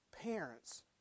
parents